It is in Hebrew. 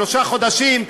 שלושה חודשים,